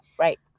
right